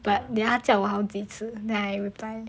but then 他叫我好几次 then I reply